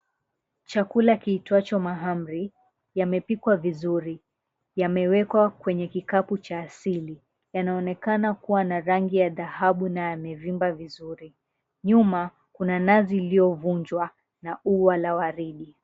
Chakula kiitwacho mahamri, yamepikwa vizuri. Yamewekwa kwenye kikapu cha asili. Yanaonekana kuwa na rangi ya dhahabu na yamevimba vizuri. Nyuma, kuna nazi iliyovunjwa na ua la waridi.